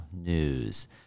news